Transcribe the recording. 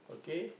okay